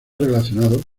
relacionado